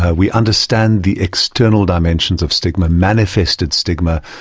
ah we understand the external dimensions of stigma, manifested stigma,